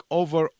over